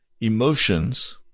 Emotions